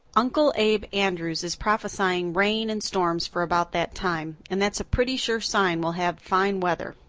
uncle abe andrews is prophesying rain and storms for about that time and that's a pretty sure sign we'll have fine weather.